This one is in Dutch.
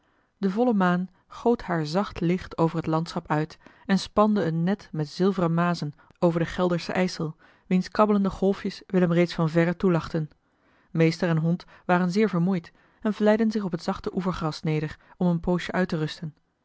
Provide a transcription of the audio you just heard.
de volle maan goot haar zacht licht over het landschap uit en spande een net met zilveren mazen over den gelderschen ijsel wiens kabbelende golfjes willem reeds van verre toelachten eli heimans willem roda meester en hond waren zeer vermoeid en vlijden zich op het zachte oevergras neder om een poosje uit te rusten